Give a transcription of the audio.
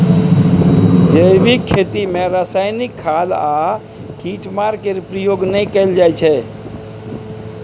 जैबिक खेती रासायनिक खाद आ कीड़ामार केर प्रयोग नहि कएल जाइ छै